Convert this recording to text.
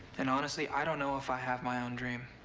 and honestly, i don't know if i have my own dream.